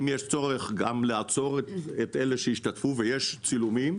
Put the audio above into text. גם לעצור את אלה שהשתתפו ויש צילומים.